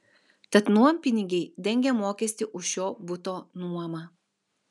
tad nuompinigiai dengia mokestį už šio buto nuomą